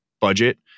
budget